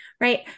right